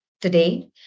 today